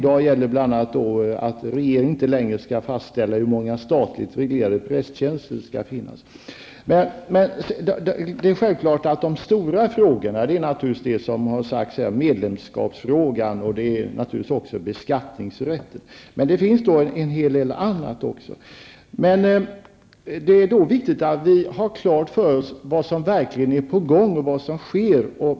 Nu gäller det bl.a. att regeringen inte längre skall fastställa hur många statligt reglerade prästtjänster det skall finnas. De stora frågorna är naturligtvis medlemskapsfrågan och beskattningsrätten, men det finns en hel del annat också. Det är viktigt att vi har klart för oss vad som verkligen är på gång och vad som sker.